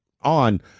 on